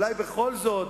אולי בכל זאת.